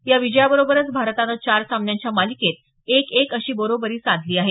या विजयाबरोबरच भारतानं चार सामन्यांच्या मालिकेत एक एक अशी बरोबरी साधली आहे